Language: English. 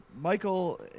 Michael